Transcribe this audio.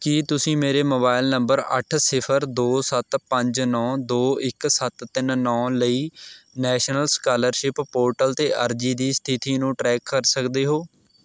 ਕੀ ਤੁਸੀਂ ਮੇਰੇ mobile number ਅੱਠ ਸਿਫਰ ਦੋ ਸੱਤ ਪੰਜ ਨੌ ਦੋ ਇੱਕ ਸੱਤ ਤਿੰਨ ਨੌ ਲਈ ਨੈਸ਼ਨਲ ਸਕਾਲਰਸ਼ਿਪ ਪੋਰਟਲ 'ਤੇ ਅਰਜ਼ੀ ਦੀ ਸਥਿਤੀ ਨੂੰ ਟਰੈਕ ਕਰ ਸਕਦੇ ਹੋ